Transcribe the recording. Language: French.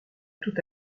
tout